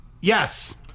yes